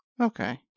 Okay